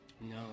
No